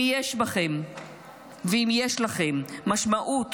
אם יש בכם ואם יש לכם משמעות